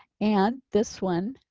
and this one,